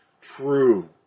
true